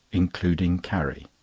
including carrie.